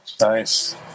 Nice